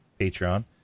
Patreon